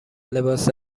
لباس